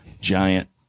giant